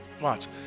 Watch